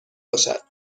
باشد